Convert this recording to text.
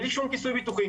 בלי שום כיסוי ביטוחי.